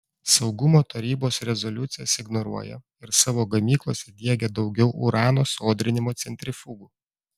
saugumo tarybos rezoliucijas ignoruoja ir savo gamyklose diegia daugiau urano sodrinimo centrifugų